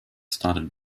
started